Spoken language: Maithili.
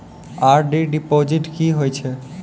आर.डी डिपॉजिट की होय छै?